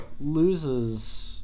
loses